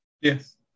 Yes